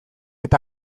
eta